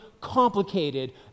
complicated